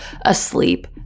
asleep